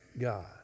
God